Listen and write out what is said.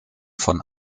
von